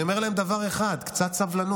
אני אומר להם דבר אחד: קצת סבלנות.